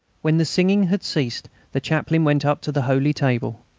when the singing had ceased the chaplain went up to the holy table.